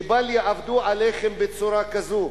שבל יעבדו עליכם בצורה כזאת.